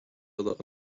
other